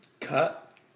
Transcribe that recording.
cut